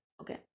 okay